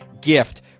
gift